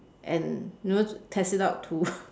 and you know test it out to